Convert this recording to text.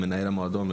למנהל המועדון,